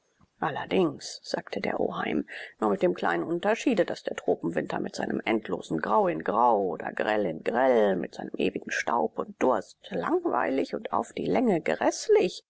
allerdings sagte der oheim nur mit dem kleinen unterschiede daß der tropenwinter mit seinem endlosen grau in grau oder grell in grell mit seinem ewigen staub und durst langweilig und auf die länge